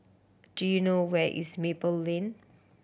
do you know where is Maple Lane